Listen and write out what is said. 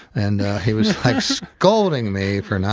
and, he was like, scolding me for not,